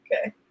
Okay